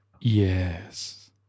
Yes